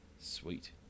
Sweet